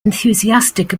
enthusiastic